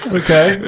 okay